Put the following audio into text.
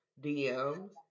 DMs